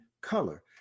color